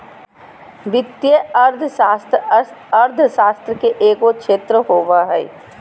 वित्तीय अर्थशास्त्र अर्थशास्त्र के एगो क्षेत्र होबो हइ